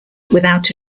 without